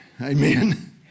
Amen